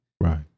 right